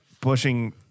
pushing